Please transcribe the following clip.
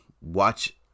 watch